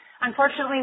Unfortunately